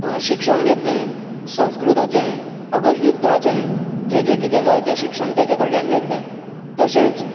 शिक्षण घेतलें संस्कृताचें अगर युध्दाचें जें जें किदें जालें तें शिक्षण तेजे कडल्यान घेतलें तशेंच